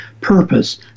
purpose